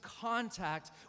contact